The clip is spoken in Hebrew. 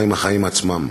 מה עם החיים עצמם?